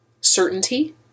certainty